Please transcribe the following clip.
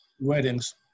weddings